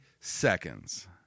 seconds